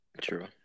True